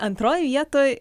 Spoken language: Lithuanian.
antroj vietoj